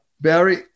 Barry